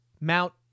Mount